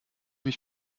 mich